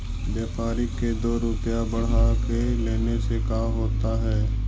व्यापारिक के दो रूपया बढ़ा के लेने से का होता है?